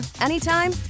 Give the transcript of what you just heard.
anytime